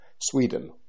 Sweden